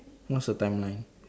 what's the timeline